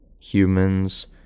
Humans